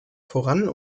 voran